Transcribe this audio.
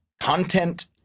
content